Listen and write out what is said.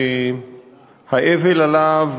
שהאבל עליו,